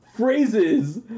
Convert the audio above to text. Phrases